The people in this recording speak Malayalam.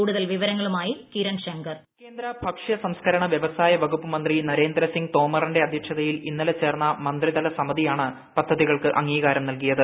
കൂടുതൽ വിവരങ്ങളുമായി കിരൺ വോയ്സ് കേന്ദ്ര ഭക്ഷ്യ സംസ്കരണ ്യൂപസായ വകുപ്പ് മന്ത്രി നരേന്ദ്രസിംഗ് തോമറിന്റെ അധ്യക്ഷതയിൽ ഇന്നലെ ചേർന്ന മന്ത്രിതല സമിതിയാണ് പദ്ധതികൾക്ക് അംഗീകാർം നൽകിയത്